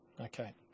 Okay